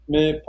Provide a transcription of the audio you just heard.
Mais